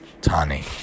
tani